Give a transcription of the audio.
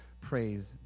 Praise